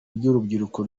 ry’urubyiruko